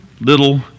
little